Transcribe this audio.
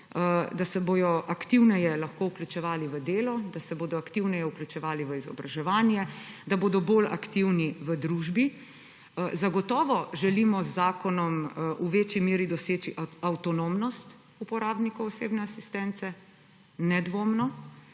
potrebujejo, aktivneje lahko vključevali v delo, da se bodo aktivneje vključevali v izobraževanje, da bodo bolj aktivni v družbi. Zagotovo želimo z zakonom v večji meri doseči avtonomnost uporabnikov osebne asistence, nedvomno,